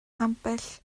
ambell